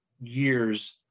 years